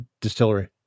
distillery